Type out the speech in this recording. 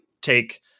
take